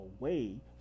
away